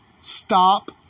Stop